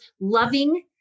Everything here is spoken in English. loving